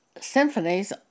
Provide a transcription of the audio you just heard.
symphonies